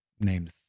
named